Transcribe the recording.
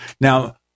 Now